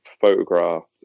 photographed